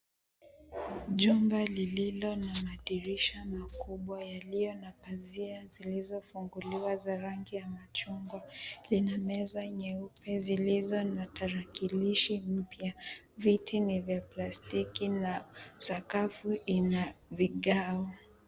Jumba lililo na madirisha makubwa yaliyo na pazia zilizopanguliwa za rangi ya machungwa. Lina meza nyeupe zilizo na tarakilishi mpya. Viti ni vya plastiki na sakafu ina vigao.